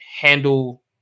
handle